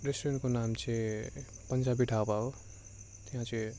रेस्टुरेन्टको नाम चाहिँ पन्जाबी ढाबा हो त्यहाँ चाहिँ